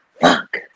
Fuck